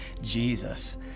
Jesus